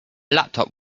laptop